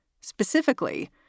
Specifically